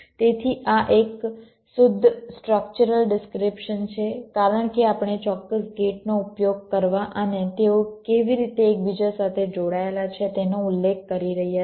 તેથી આ એક શુદ્ધ સ્ટ્રક્ચરલ ડિસ્ક્રીપ્શન છે કારણ કે આપણે ચોક્કસ ગેટનો ઉપયોગ કરવા અને તેઓ કેવી રીતે એકબીજા સાથે જોડાયેલા છે તેનો ઉલ્લેખ કરી રહ્યા છીએ